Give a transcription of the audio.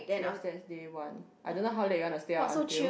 yes that's day one I don't know how late you want to stay up until